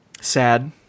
Sad